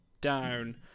down